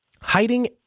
Hiding